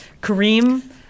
Kareem